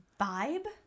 Vibe